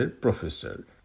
Professor